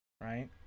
right